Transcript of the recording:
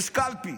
יש קלפי.